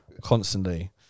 constantly